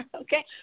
okay